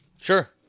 Sure